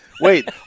wait